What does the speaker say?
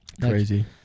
Crazy